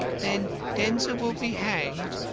then denzil will be hanged.